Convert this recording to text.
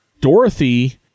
Dorothy